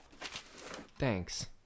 Thanks